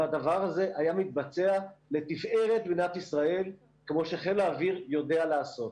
והדבר הזה היה מתבצע לתפארת מדינת ישראל כמו שחיל האוויר יודע לעשות.